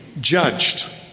judged